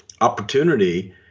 opportunity